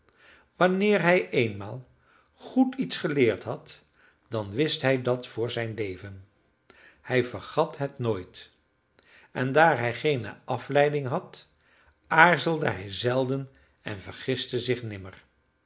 wanneer hij eenmaal goed iets geleerd had dan wist hij dat voor zijn leven hij vergat het nooit en daar hij geene afleiding had aarzelde hij zelden en vergiste zich nimmer